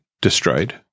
destroyed